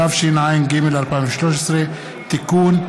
התשע"ג 2013 (תיקון),